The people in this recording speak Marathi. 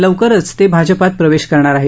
लवकरच ते भाजपात प्रवेश करणार आहेत